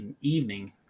evening